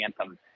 anthem